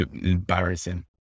embarrassing